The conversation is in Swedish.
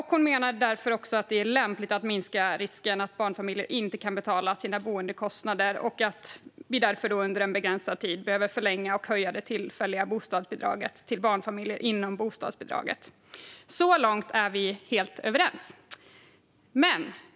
Hon menar därför också att det är lämpligt att minska risken att barnfamiljer inte kan betala sina boendekostnader och att vi därför under en begränsad tid behöver förlänga och höja det tillfälliga tilläggsbidraget till barnfamiljer inom bostadsbidraget. Så långt är vi helt överens.